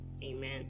Amen